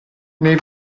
nei